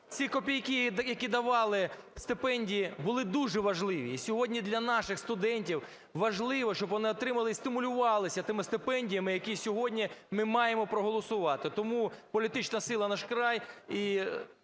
ці копійки, які давали, стипендії, були дуже важливі. І сьогодні для наших студентів важливо, щоб вони отримували і стимулювалися тими стипендіями, які сьогодні ми маємо проголосувати. Тому політична сила "Наш край"